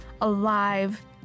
alive